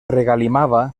regalimava